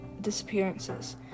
disappearances